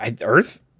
earth